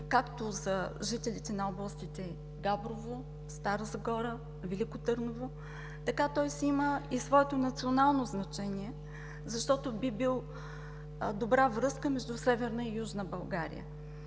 както за жителите на областите Габрово, Стара Загора, Велико Търново, така той си има и своето национално значение, защото би бил добра връзка между Северна и Южна България.